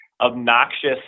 obnoxious